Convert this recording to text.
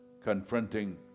Confronting